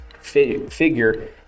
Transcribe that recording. figure